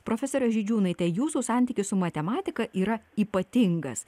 profesore žydžiūnaitė jūsų santykis su matematika yra ypatingas